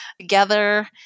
together